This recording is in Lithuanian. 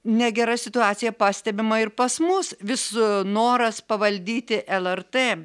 negera situacija pastebima ir pas mus vis noras pavaldyti lrt